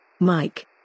Mike